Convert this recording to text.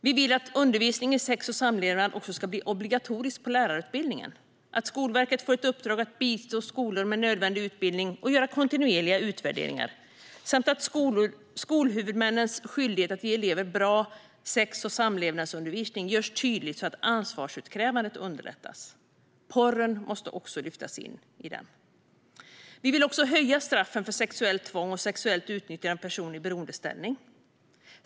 Vi vill att undervisning i sex och samlevnad ska bli obligatorisk på lärarutbildningen, att Skolverket får ett uppdrag att bistå skolor med nödvändig utbildning och kontinuerliga utvärderingar samt att skolhuvudmännens skyldighet att ge elever bra sex och samlevnadsundervisning görs tydlig, så att ansvarsutkrävande underlättas. Porren måste också lyftas in. Vi vill höja straffen för sexuellt tvång och sexuellt utnyttjande av person i beroendeställning.